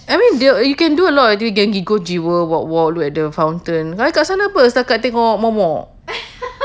I mean do~ you can do a lot y~ c~ g~ go jewel walk walk look at the fountain kat sana tengok momok